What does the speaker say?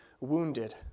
wounded